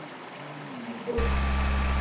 जी बोलि